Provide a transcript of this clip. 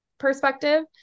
perspective